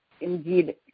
Indeed